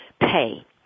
pay